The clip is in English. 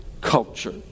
culture